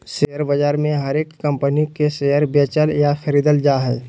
share बाजार मे हरेक कम्पनी के शेयर बेचल या खरीदल जा हय